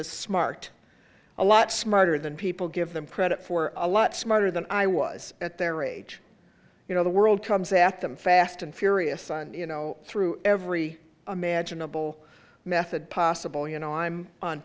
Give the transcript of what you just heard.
is smart a lot smarter than people give them credit for a lot smarter than i was at their age you know the world comes at them fast and furious and you know through every imaginable method possible you know i'm on